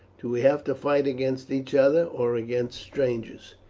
do we have to fight against each other, or against strangers?